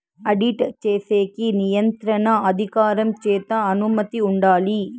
audit చేసేకి నియంత్రణ అధికారం చేత అనుమతి ఉండాలి